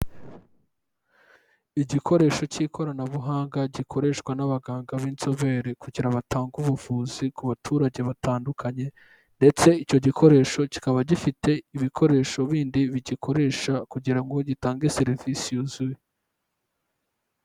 Igikoresho cy'ikoranabuhanga gikoreshwa n'abaganga b'inzobere kugira batange ubuvuzi ku baturage batandukanye ndetse icyo gikoresho kikaba gifite ibikoresho bindi bigikoresha kugira ngo gitange serivisi yuzuye.